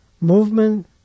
movement